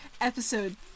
episode